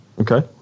Okay